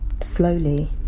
slowly